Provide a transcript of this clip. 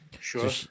sure